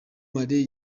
marley